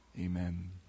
Amen